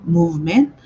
movement